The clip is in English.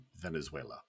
Venezuela